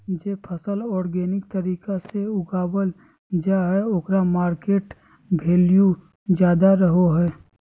जे फसल ऑर्गेनिक तरीका से उगावल जा हइ ओकर मार्केट वैल्यूआ ज्यादा रहो हइ